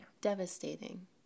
Devastating